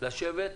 לשבת,